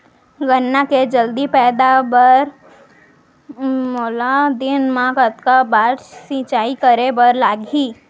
गन्ना के जलदी पैदावार बर, मोला दिन मा कतका बार सिंचाई करे बर लागही?